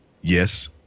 Yes